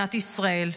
מדינת ישראל.